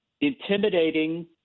intimidating